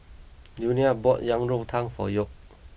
Junia bought Yang Rou Tang for York